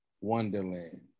Wonderland